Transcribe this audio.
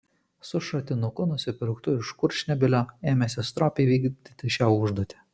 su šratinuku nusipirktu iš kurčnebylio ėmėsi stropiai vykdyti šią užduotį